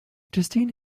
justine